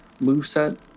moveset